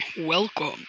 Welcome